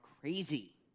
crazy